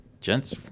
Gents